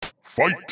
Fight